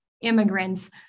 immigrants